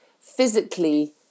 physically